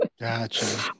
Gotcha